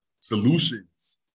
solutions